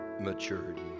maturity